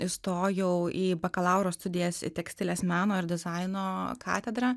įstojau į bakalauro studijas į tekstilės meno ir dizaino katedrą